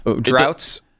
droughts